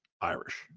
Irish